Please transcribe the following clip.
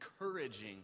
encouraging